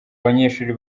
banyeshuri